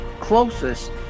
closest